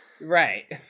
right